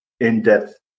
in-depth